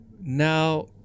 now